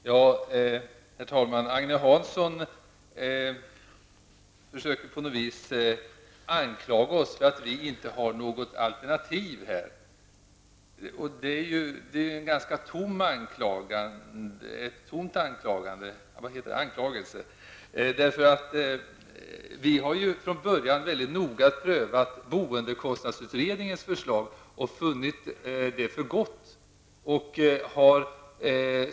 Herr talman! Agne Hansson försökte anklaga oss för att vi inte har något alternativ. Det är en ganska tom anklagelse. Vi har ju från början väldigt noga prövat boendekostnadsutredningens förslag och funnit det vara bra.